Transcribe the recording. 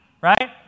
right